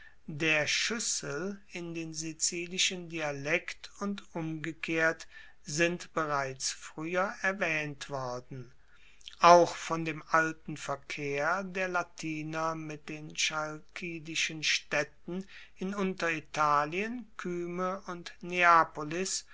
der schuessel in den sizilischen dialekt und umgekehrt sind bereits frueher erwaehnt worden auch von dem alten verkehr der latiner mit den chalkidischen staedten in unteritalien kyme und